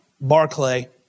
Barclay